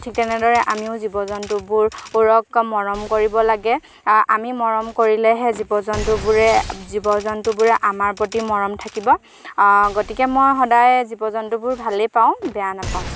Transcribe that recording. ঠিক তেনেদৰে আমিও জীৱ জন্তুবোৰ বোৰক মৰম কৰিব লাগে আমি মৰম কৰিলেহে জীৱ জন্তুবোৰে জীৱ জন্তুবোৰে আমাৰ প্ৰতি মৰম থাকিব গতিকে মই সদায় জীৱ জন্তুবোৰ ভালেই পাওঁ বেয়া নাপাওঁ